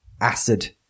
acid